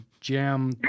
jam